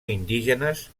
indígenes